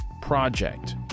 Project